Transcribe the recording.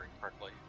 correctly